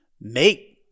make